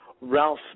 Ralph